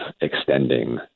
extending